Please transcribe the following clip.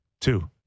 Two